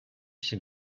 się